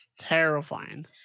terrifying